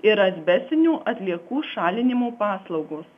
ir asbestinių atliekų šalinimo paslaugos